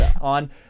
on